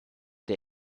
der